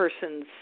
person's